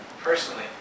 personally